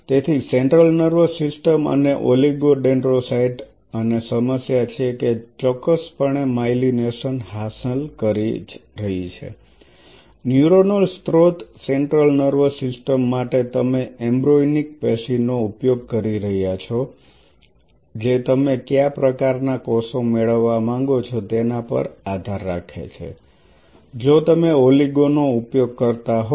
તેથી central nervous system અને oligodendrocyte અને સમસ્યા છે કે ચોક્કસપણે માઇલિનેશન હાંસલ કરી રહી છે ન્યુરોનલ સ્રોત સેન્ટ્રલ નર્વસ સિસ્ટમ માટે તમે એમ્બ્રોયોનિક પેશીનો ઉપયોગ કરી રહ્યા છો જે તમે કયા પ્રકારનાં કોષો મેળવવા માંગો છો તેના પર આધાર રાખે છે જો તમે ઓલિગો નો ઉપયોગ કરતા હોવ